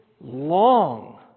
long